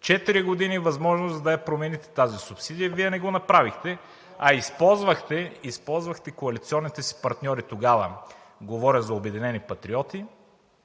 четири години възможност да я промените тази субсидия, Вие не го направихте, а използвахте, използвахте коалиционните си партньори тогава – говоря за „Обединени патриоти“,